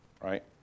Right